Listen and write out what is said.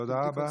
תודה רבה.